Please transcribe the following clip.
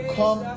come